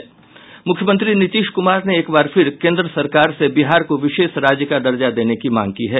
मुख्यमंत्री नीतीश कुमार ने एक बार फिर केंद्र सरकार से बिहार को विशेष राज्य का दर्जा देने की मांग की है